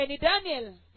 Daniel